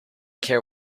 care